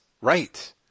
right